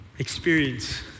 experience